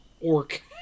orc